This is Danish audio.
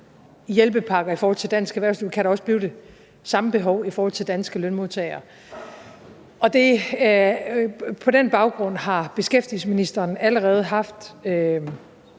hjælpepakker i forhold til dansk erhvervsliv, kan der også blive det samme behov i forhold til danske lønmodtagere. På den baggrund har beskæftigelsesministeren allerede haft